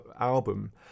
album